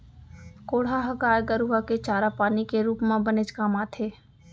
कोंढ़ा ह गाय गरूआ के चारा पानी के रूप म बनेच काम आथे